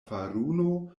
faruno